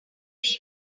dream